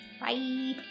Bye